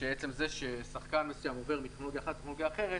שעצם זה ששחקן מסוים עובר מטכנולוגיה אחת לטכנולוגיה אחרת